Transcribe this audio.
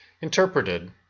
interpreted